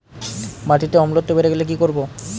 মাটিতে অম্লত্ব বেড়েগেলে কি করব?